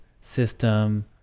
system